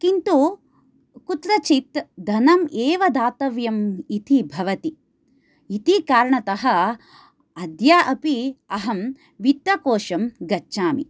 किन्तु कुत्रचित् धनम् एव दातव्यम् इति भवति इति कारणतः अद्य अपि अहं वित्तकोशं गच्छामि